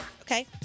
Okay